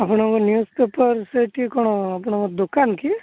ଆପଣଙ୍କ ନ୍ୟୁଜ୍ପେପର୍ ସେଇଟି କଣ ଆପଣଙ୍କ ଦୋକାନ କି